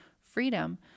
freedom